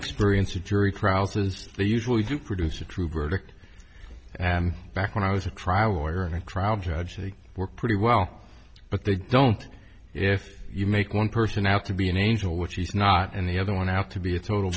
experience a jury trials as they usually do produce a true verdict and back when i was a trial lawyer and trial judge they work pretty well but they don't if you make one person out to be an angel which he's not and the other one out to be a total